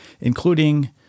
including